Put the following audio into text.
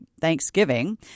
Thanksgiving